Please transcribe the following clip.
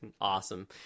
awesome